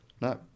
No